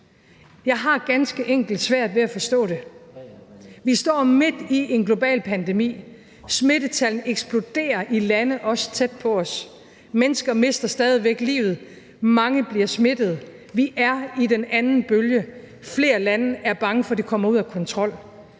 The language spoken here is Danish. Jeg har ganske enkelt svært ved at forstå det. Vi står midt i en global pandemi. Smittetallene eksploderer i lande også tæt på os. Mennesker mister stadig væk livet. Mange bliver smittet. Vi er i den anden bølge. Flere lande er bange for, at det kommer ud af kontrol.